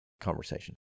conversation